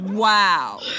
Wow